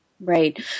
Right